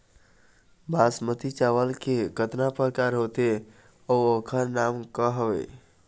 बासमती चावल के कतना प्रकार होथे अउ ओकर नाम क हवे?